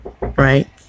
right